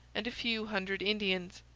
and a few hundred indians.